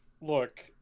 Look